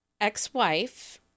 ex-wife